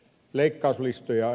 leikkauslistoja